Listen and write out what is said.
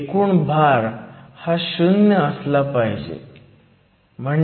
एकूण भार हा शून्य असला पाहिजे